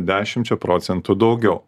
dešimčia procentų daugiau